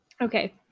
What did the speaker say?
Okay